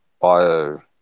bio